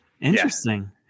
Interesting